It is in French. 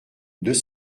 deux